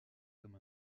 comme